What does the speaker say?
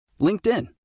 LinkedIn